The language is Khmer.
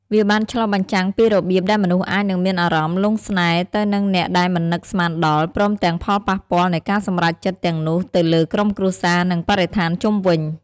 វាបានឆ្លុះបញ្ចាំងពីរបៀបដែលមនុស្សអាចនឹងមានអារម្មណ៍លង់ស្នេហ៍ទៅនឹងអ្នកដែលមិននឹកស្មានដល់ ព្រមទាំងផលប៉ះពាល់នៃការសម្រេចចិត្តទាំងនោះទៅលើក្រុមគ្រួសារ និងបរិស្ថានជុំវិញ។